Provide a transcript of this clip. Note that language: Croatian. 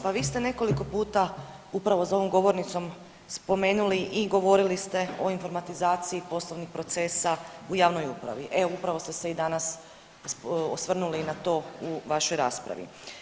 Pa vi ste nekoliko puta upravo za ovom govornicom spomenuli i govorili ste o informatizaciji poslovnih procesa u javnoj upravi, e upravo ste se i danas osvrnuli i na to u vašoj raspravi.